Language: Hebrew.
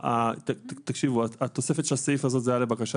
כ"ד בסיון התשפ"ב והשעה היא 11:07. בבוקר.